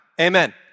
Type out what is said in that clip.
Amen